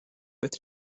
with